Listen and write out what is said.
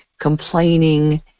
complaining